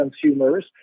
consumers